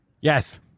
Yes